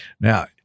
Now